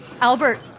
albert